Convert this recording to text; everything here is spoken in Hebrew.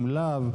אם לאו,